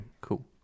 Cool